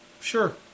Sure